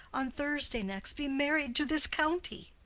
on thursday next be married to this county.